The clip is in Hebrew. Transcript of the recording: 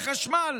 בחשמל,